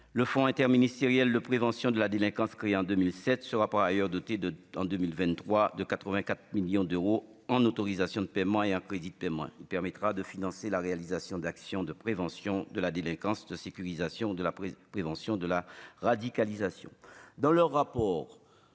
le fonds interministériel de prévention de la délinquance, créée en 2007 sera par ailleurs doté de en 2023 de 84 millions d'euros en autorisation de paiement et un crédit de témoins permettra de financer la réalisation d'actions de prévention de la délinquance de sécurisation de la prévention de la radicalisation